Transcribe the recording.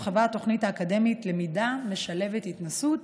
הורחבה התוכנית האקדמית "למידה משלבת התנסות",